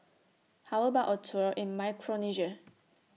How about A Tour in Micronesia